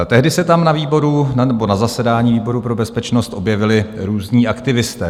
Tehdy se na tom výboru nebo na zasedání výboru pro bezpečnost objevili různí aktivisté.